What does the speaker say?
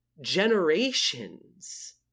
generations